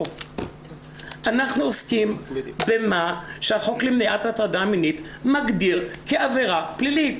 אנחנו עוסקים במה שהחוק למניעת הטרדה מינית מגדיר כעבירה פלילית.